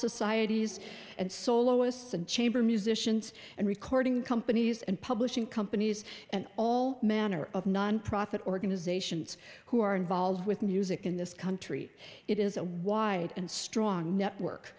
societies and soloists and chamber musicians and recording companies and publishing companies and all manner of nonprofit organizations who are involved with music in this country it is a wide and strong network